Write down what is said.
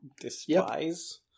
despise